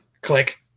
Click